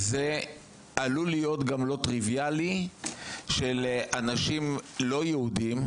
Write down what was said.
זה עלול להיות גם לא טריוויאלי שלאנשים לא יהודים,